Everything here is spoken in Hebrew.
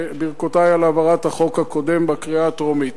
וברכותי על העברת החוק הקודם בקריאה הטרומית.